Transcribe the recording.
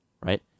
right